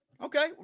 Okay